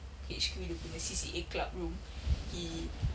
H_Q dia punya C_C_A club room he